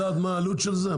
אפשר לדעת מה העלות של זה?